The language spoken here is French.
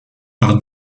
par